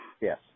Yes